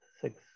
six